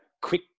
quick